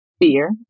fear